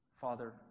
Father